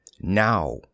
Now